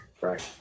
right